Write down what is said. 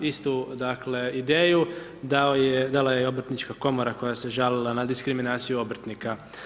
Istu ideju dala je Obrtnička komora koja se žalila da diskriminaciju obrtnika.